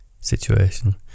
situation